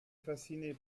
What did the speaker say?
fasciné